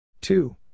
two